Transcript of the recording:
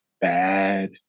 bad